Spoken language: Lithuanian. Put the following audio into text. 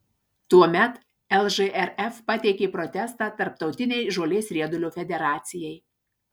tuomet lžrf pateikė protestą tarptautinei žolės riedulio federacijai